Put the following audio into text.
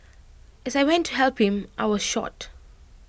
as I went to help him I was shot